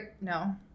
No